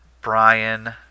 Brian